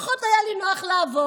פחות היה לי נוח לעבור.